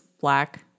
black